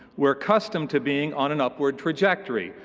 we're accustomed to being on an upward trajectory,